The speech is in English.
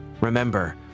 Remember